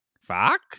Fuck